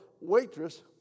waitress